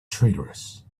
traitorous